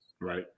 Right